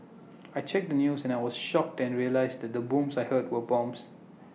I checked the news and I was shocked and realised that the booms I heard were bombs